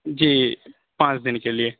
جی پانچ دِن کے لیے